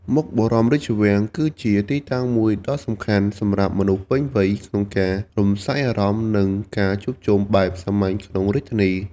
មុខបរមរាជវាំង គឺជាទីតាំងមួយដ៏សំខាន់សម្រាប់មនុស្សពេញវ័យក្នុងការរំសាយអារម្មណ៍ និងការជួបជុំបែបសាមញ្ញក្នុងរាជធានី។